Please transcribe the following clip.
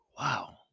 wow